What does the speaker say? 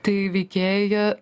tai veikėjai jie